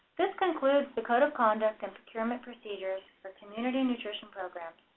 this concludes the code of conduct and procurement procedures for community nutrition programs